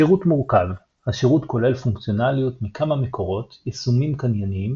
שירות מורכב השירות כולל פונקציונליות מכמה מקורות יישומים קנייניים,